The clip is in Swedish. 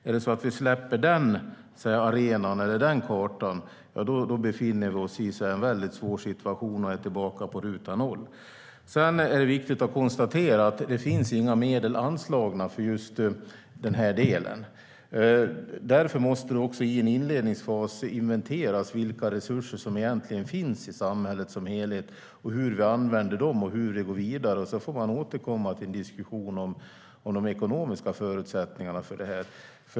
Om vi släpper den kartan befinner vi oss i en väldigt svår situation och är tillbaka på ruta ett. Det är viktigt att konstatera att det inte finns några medel anslagna för just den här delen. Därför måste det också i en inledningsfas inventeras vilka resurser som det egentligen finns i samhället som helhet, hur vi använder dem och hur vi går vidare. Sedan får man återkomma till en diskussion om de ekonomiska förutsättningarna för det.